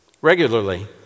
Regularly